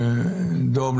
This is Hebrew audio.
דב,